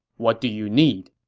what do you need?